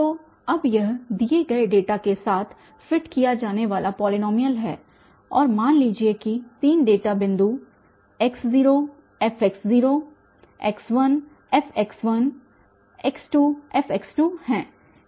तो अब यह दिए गए डेटा के साथ फिट किया जाने वाला पॉलीनॉमियल है और मान लीजिए कि 3 डेटा बिंदु x0 fx0x1 fx1x2 fx 2 हैं